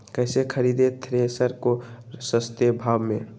कैसे खरीदे थ्रेसर को सस्ते भाव में?